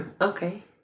Okay